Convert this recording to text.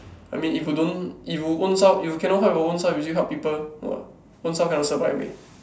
I mean if you don't if you ownself if you cannot help your ownself you still help people !wow! ownself cannot survive already